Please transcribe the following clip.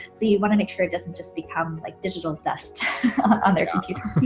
so you want to make sure it doesn't just become like digital test on their computer.